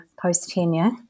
post-tenure